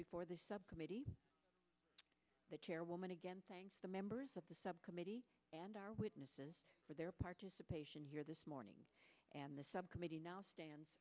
before this subcommittee the chairwoman again thank the members of the subcommittee and our witnesses for their participation here this morning and the subcommittee now stan